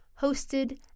hosted